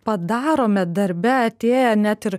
padarome darbe atėję net ir